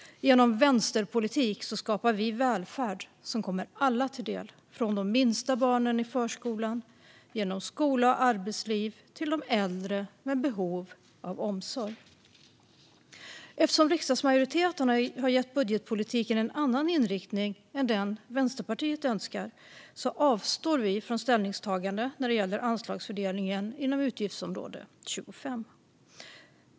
Genom vänsterpolitik skapar vi välfärd som kommer alla till del, från de minsta barnen i förskolan, genom skola och arbetsliv till de äldre med behov av omsorg. Eftersom riksdagsmajoriteten har gett budgetpolitiken en annan inriktning än den Vänsterpartiet önskar avstår vi från ställningstagande när det gäller anslagsfördelningen inom utgiftsområde 25.